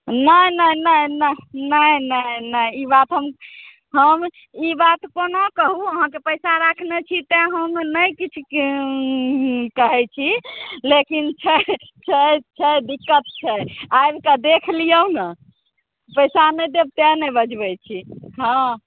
नहि नहि नहि नहि नहि नहि नहि नहि ई बात हम ई बात कोना कहू अहाँके पैसा राखने छी तेँ हम नहि किछु कहै छी लेकिन छै छै छै दिक्कत छै आबिकऽ देखि लिऔ ने पैसा नहि देब तेँ नहि बजबै छी हँ